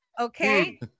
Okay